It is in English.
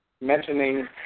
mentioning